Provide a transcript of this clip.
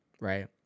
right